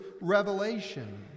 revelation